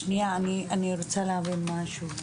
שנייה, אני רוצה להבין משהו.